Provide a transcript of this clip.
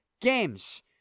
games